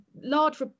large